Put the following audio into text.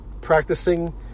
practicing